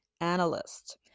analyst